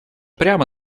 прямо